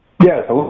Yes